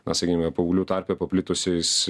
na sakykime paauglių tarpe paplitusiais